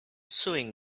sewing